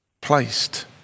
placed